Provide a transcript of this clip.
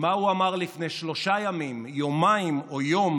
מה הוא אמר לפני שלושה ימים, יומיים או יום,